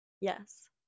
Yes